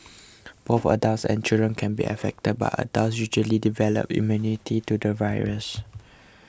both adults and children can be affected but adults usually develop immunity to the virus